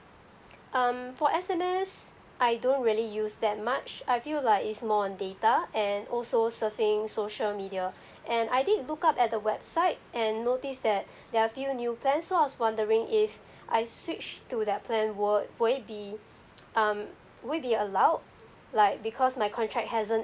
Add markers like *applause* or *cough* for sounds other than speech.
um for S_M_S I don't really use that much I feel like it's more on data and also surfing social media and I think I'd look up at the website and notice that *breath* there are a few new plans so I was wondering if I switch to that plan would would it be um would it be allowed like because my contract hasn't